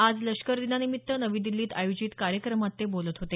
आज लष्कर दिनानिमित्त नवी दिछीत आयोजित कार्यक्रमात ते बोलत होते